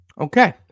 Okay